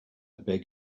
beg